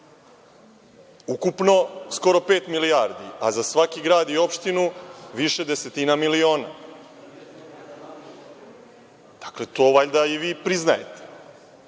Ukupno skoro pet milijardi, a za svaki grad i opštinu više desetina miliona. Dakle, to valjda i vi priznajete.